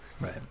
Right